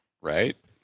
Right